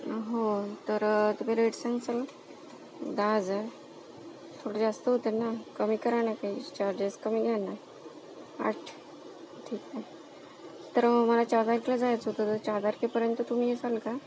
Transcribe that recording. हो तर तुम्ही रेट सांगशाल दहा हजार थोडं जास्त होतं आहे ना कमी करा ना काही चार्जेस कमी घ्या ना आठ ठीक आहे तर मला चार तारखेला जायचं होतं तर चार तारखेपर्यंत तुम्ही येसाल का